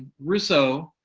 rousseau,